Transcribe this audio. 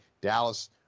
Dallas